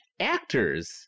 actors